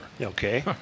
Okay